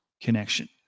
connection